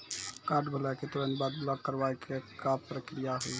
Card भुलाए के तुरंत बाद ब्लॉक करवाए के का प्रक्रिया हुई?